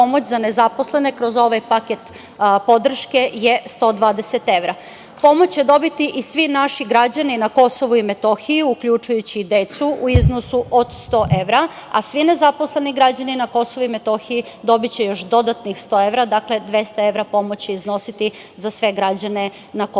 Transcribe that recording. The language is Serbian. pomoć za nezaposlene kroz ovaj paket podrške je 120 evra. Pomoć će dobiti i svi naši građani na Kosovu i Metohiji uključujući i decu u iznosu od 100 evra, a svi nezaposleni građani na Kosovu i Metohiji dobiće još dodatnih 100 evra, dakle 200 evra pomoć će iznositi za sve građane na Kosovu